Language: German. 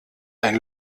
ein